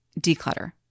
declutter